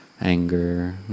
anger